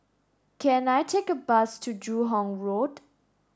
can I take a bus to Joo Hong Road